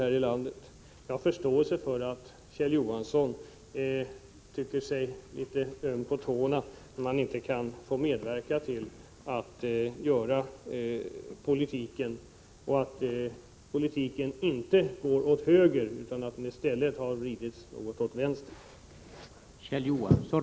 Jag har förståelse för att Kjell Johansson känner sig litet öm i tårna när, han inte får medverka i politiken och när politiken inte går åt höger utan i stället har vridits något åt vänster.